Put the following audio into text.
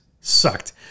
sucked